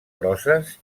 grosses